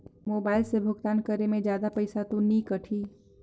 Mobile से भुगतान करे मे जादा पईसा तो नि कटही?